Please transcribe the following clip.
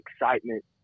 excitement